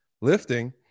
lifting